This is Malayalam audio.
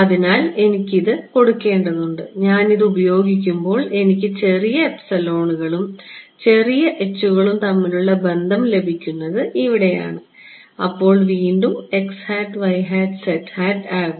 അതിനാൽ എനിക്കിത് കൊടുക്കേണ്ടതുണ്ട് ഇത് ഞാൻ ഉപയോഗിക്കുമ്പോൾ എനിക്ക് ചെറിയ കളും ചെറിയ കളും തമ്മിലുള്ള ബന്ധം ലഭിക്കുന്നത് ഇവിടെയാണ് അപ്പോൾ വീണ്ടും ആകും